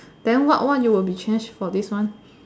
then what what you would be change for this one